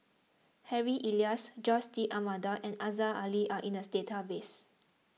Harry Elias Jose D'Almeida and Aziza Ali are in the database